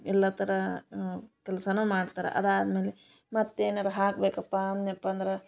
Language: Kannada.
ಎಲ್ಲಾ ಥರ ಕೆಲಸನೂ ಮಾಡ್ತಾರ ಅದಾದ್ಮೇಲೆ ಮತ್ತೆ ಏನಾರ ಹಾಕ್ಬೇಕಪ್ಪ ಅನ್ಯಪ್ಪ ಅಂದರ